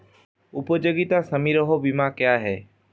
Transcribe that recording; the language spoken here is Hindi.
उपयोगिता समारोह बीमा क्या है?